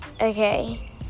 Okay